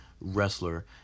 wrestler